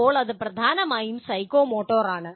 അപ്പോൾ ഇത് പ്രധാനമായും സൈക്കോമോട്ടറാണ്